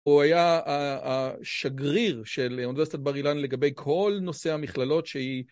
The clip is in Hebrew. הוא היה השגריר של אוניברסיטת בר אילן לגבי כל נושאי המכללות שהיא...